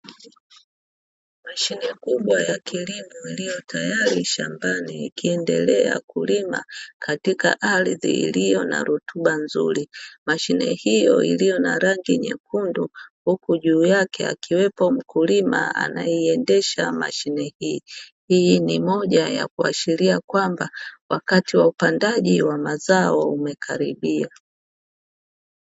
Mashine kubwa ya kilimo iliyo tayari shambani ikiendelea kulima katika ardhi iliyo na rutuba nzuri. Mashine hiyo iliyo na rangi nyekundu, huku juu yake akiwepo mkulima anaye iendesha mashine hii. Hii ni moja ya kuashiria kwamba wakati wa upandaji wa mazao umekaribia.